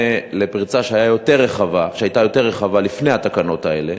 לפרצה שהייתה יותר רחבה לפני התקנות האלה.